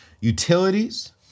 Utilities